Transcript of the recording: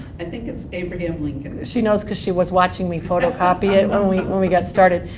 i think it's abraham lincoln. she knows because she was watching me photocopy it when we when we got started.